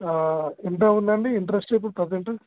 ఎంత ఉంది అండి ఇంట్రస్ట్ ఇప్పుడు ప్రెసెంట్